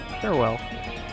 Farewell